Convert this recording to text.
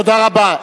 תודה רבה.